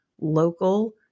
local